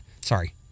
sorry